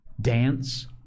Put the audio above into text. Dance